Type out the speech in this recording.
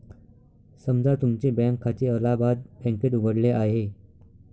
समजा तुमचे बँक खाते अलाहाबाद बँकेत उघडले आहे